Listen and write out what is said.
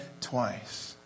twice